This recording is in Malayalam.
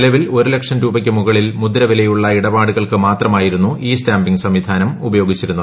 നിലവിൽ ഒരുലക്ഷം രൂപയ്ക്ക് മുകളിൽ മുദ്രവിലയുള്ള ഇടപാടുകൾക്ക് മാത്രമായിരുന്നു ഇ സ്റ്റാമ്പിംഗ് സംവിധാനം ഉപയോഗിച്ചിരുന്നത്